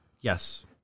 yes